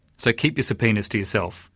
so keep your subpoenas to yourself